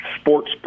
sports